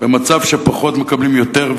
ומצב שפחות מקבלים יותר,